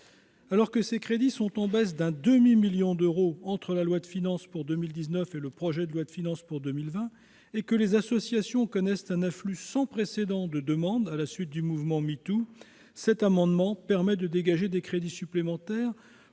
Alors que ces crédits sont en baisse d'un demi-million d'euros entre la loi de finances pour 2019 et le projet de loi de finances pour 2020 et que les associations connaissent un afflux sans précédent de demandes à la suite du mouvement #MeToo, cet amendement tend à dégager des crédits supplémentaires